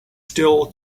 still